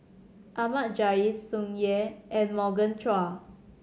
Ahmad Jais Tsung Yeh and Morgan Chua